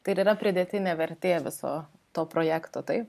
tai ir yra pridėtinė vertė viso to projekto taip